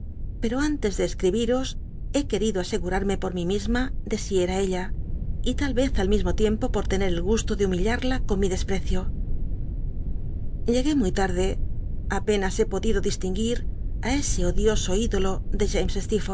pero ante de escl'ibiros he quetido ascgumrmc por mi misma de si era ella y tal rez al mismo tiempo por tener el gu lo de humillarla con mi desprecio llegué muy tai'de apenas he podido distingui i ese odioso ídolo de